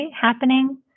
happening